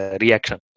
reaction